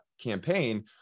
campaign